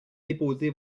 déposé